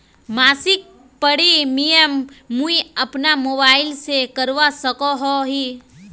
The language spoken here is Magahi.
मासिक प्रीमियम मुई अपना मोबाईल से करवा सकोहो ही?